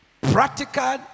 practical